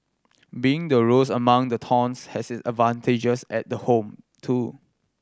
being the rose among the thorns has its advantages at the home too